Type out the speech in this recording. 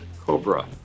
COBRA